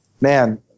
man